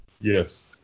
Yes